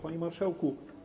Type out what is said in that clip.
Panie Marszałku!